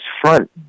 front